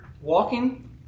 walking